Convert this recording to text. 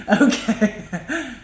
okay